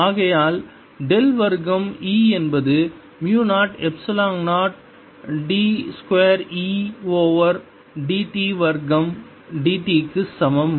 ஆகையால் டெல் வர்க்கம் E என்பது மு 0 epsilon 0 d 2 E over dt வர்க்கம் dt க்கு சமம்